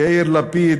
יאיר לפיד,